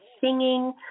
singing